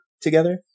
together